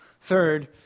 Third